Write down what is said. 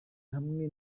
hamwe